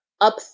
up